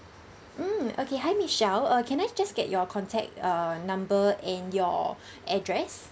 mm okay hi michelle uh can I just get your contact uh number and your address